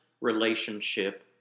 relationship